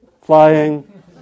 flying